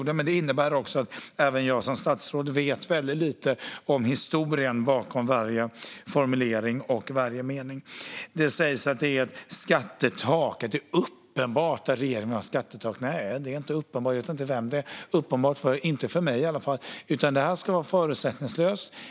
Det innebär också att även jag som statsråd vet väldigt lite om historien bakom varje formulering och mening. Det sägs att det är uppenbart att regeringen har ett skattetak. Nej, det är inte uppenbart. Jag vet inte vem det är uppenbart för - inte för mig i alla fall. Utredningen ska vara förutsättningslös.